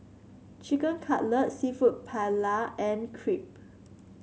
Chicken Cutlet seafood Paella and Crepe